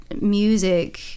music